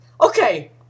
Okay